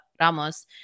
Ramos